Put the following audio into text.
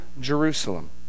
Jerusalem